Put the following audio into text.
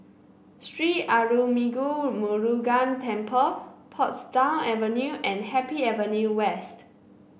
Sri Arulmigu Murugan Temple Portsdown Avenue and Happy Avenue West